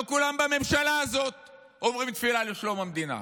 לא כולם בממשלה הזאת אומרים תפילה לשלום המדינה,